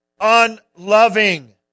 unloving